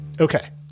Okay